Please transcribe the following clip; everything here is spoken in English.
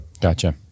Gotcha